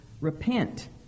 repent